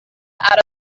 out